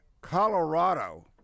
Colorado